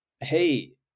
Hey